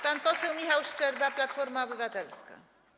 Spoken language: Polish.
Pan poseł Michał Szczerba, Platforma Obywatelska.